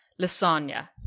lasagna